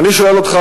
ואני שואל אותך,